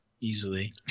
Easily